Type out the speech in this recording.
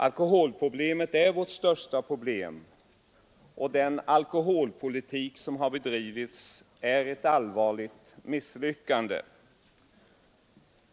Alkoholproblemet är vårt största problem, och den alkoholpolitik som har bedrivits är ett allvarligt misstag.